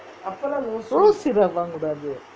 rose syrup வாங்க கூடாது:vaangga kudaathu